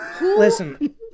Listen